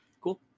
Cool